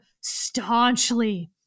staunchly